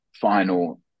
final